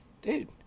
Dude